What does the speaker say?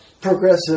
progressive